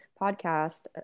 podcast